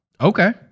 Okay